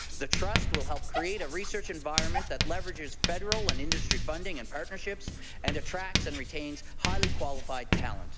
the trust will help create a research environment that leverages federal and industry funding and partnerships and attracts and retaining highly qualified talent